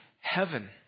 heaven